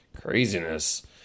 craziness